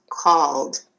called